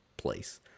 place